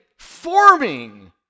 forming